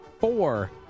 four